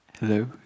Hello